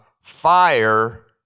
fire